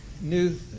new